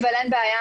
אבל אין בעיה,